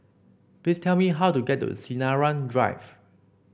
please tell me how to get to Sinaran Drive